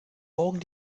morgen